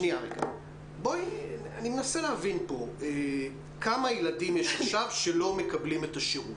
אני מנסה להבין פה כמה ילדים יש עכשיו שלא מקבלים את השירות?